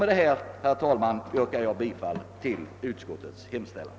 Med det sagda ber jag att få yrka bifall till utskottets hemställan.